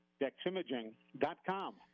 DexImaging.com